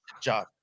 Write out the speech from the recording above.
job